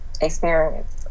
experience